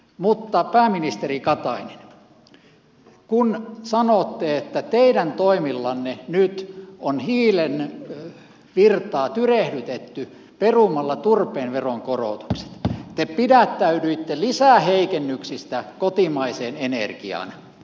mutta pääministeri katainen kun sanotte että teidän toimillanne nyt on hiilen virtaa tyrehdytetty perumalla turpeen veronkorotukset te pidättäydyitte lisäheikennyksistä kotimaiseen energiaan